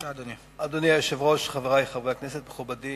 אדוני היושב-ראש, חברי חברי הכנסת, מכובדי